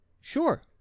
Sure